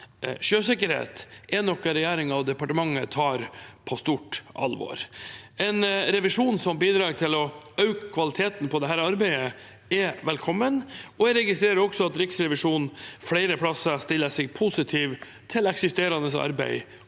sjøsikkerhet er noe regjeringen og departementet tar på alvor. En revisjon som bidrar til å øke kvaliteten på dette arbeidet, er velkommen, og jeg registrerer også at Riksrevisjonen flere steder stiller seg positiv til eksisterende arbeid